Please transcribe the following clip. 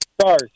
Stars